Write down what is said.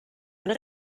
eine